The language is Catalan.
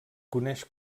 coneix